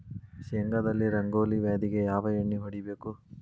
ಶೇಂಗಾದಲ್ಲಿ ರಂಗೋಲಿ ವ್ಯಾಧಿಗೆ ಯಾವ ಎಣ್ಣಿ ಹೊಡಿಬೇಕು?